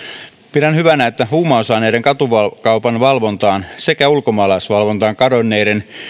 pidän hyvänä että huumausaineiden katukaupan valvontaan sekä ulkomaalaisvalvontaan kadonneiden